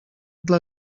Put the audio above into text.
dla